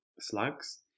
slugs